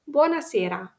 Buonasera